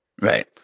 Right